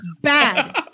bad